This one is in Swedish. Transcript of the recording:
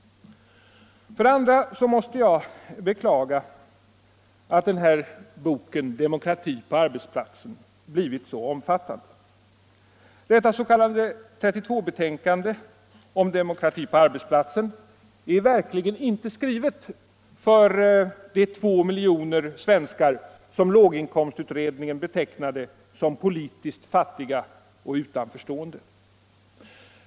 För det andra måste jag beklaga att den här boken Demokrati på arbetsplatsen blivit så omfattande. Detta s.k. § 32-betänkande om demokrati på arbetsplatsen är verkligen inte skrivet för de 2 miljoner svenskar som låginkomstutredningen betecknade som politiskt fattiga och utanförstående.